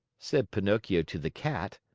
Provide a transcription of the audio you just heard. said pinocchio to the cat.